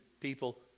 people